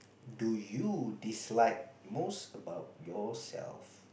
do you dislike most about yourself